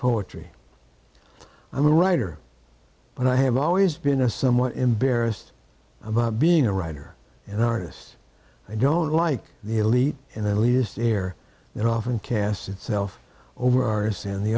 poetry i'm a writer but i have always been a somewhat embarrassed about being a writer and artist i don't like the elite in the least air that often casts itself over our us in the